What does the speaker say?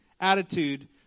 attitude